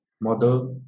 mother